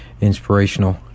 inspirational